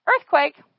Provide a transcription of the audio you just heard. Earthquake